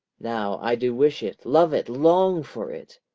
now i do wish it, love it, long for it,